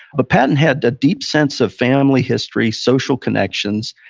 but patton had that deep sense of family history, social connections.